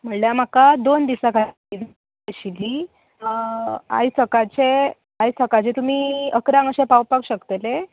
म्हणल्या म्हाका दोन दिसां खातीर गाडी जाय आशिल्ली आयज सकाळचें आयज सकाळचें तुमी इकरांक अशें पावपाक शकतलें